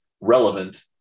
relevant